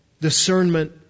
discernment